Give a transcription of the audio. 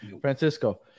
Francisco